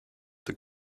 this